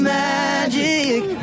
magic